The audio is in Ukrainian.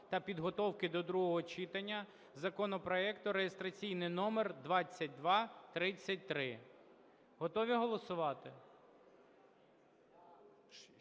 та підготовки до другого читання законопроекту (реєстраційний номер 2233). Готові голосувати?